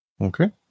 Okay